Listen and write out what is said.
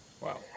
Wow